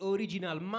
Original